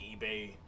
eBay